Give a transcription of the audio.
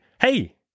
hey